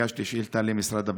הגשתי שאילתה למשרד הפנים,